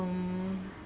um